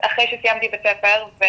אחרי שסיימתי בית ספר.